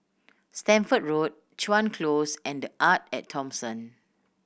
Stamford Road Chuan Close and The Arte At Thomson